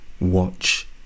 watch